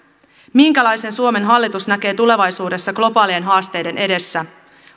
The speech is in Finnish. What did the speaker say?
minkälaisen suomen hallitus näkee tulevaisuudessa globaalien haasteiden edessä